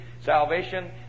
salvation